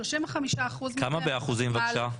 35% --- כמה באחוזים בבקשה?